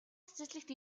цэцэрлэгт